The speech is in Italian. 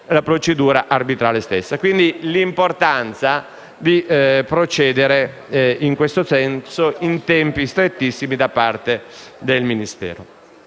la procedura arbitrale. È pertanto importante procedere in questo senso in tempi strettissimi da parte del Ministero.